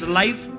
life